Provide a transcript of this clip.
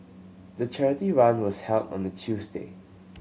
the charity run was held on a Tuesday